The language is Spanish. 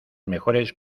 mejores